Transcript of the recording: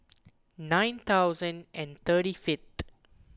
nine thousand and thirty fiveth